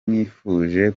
mwifuje